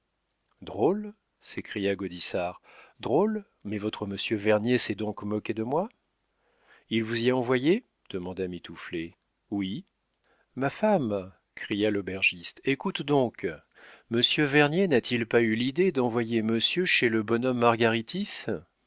drôle drôle s'écria gaudissart drôle mais votre monsieur vernier s'est donc moqué de moi il vous y a envoyé demanda mitouflet oui ma femme cria l'aubergiste écoute donc monsieur vernier n'a-t-il pas eu l'idée d'envoyer monsieur chez le bonhomme